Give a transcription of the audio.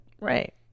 Right